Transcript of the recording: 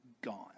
gone